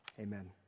Amen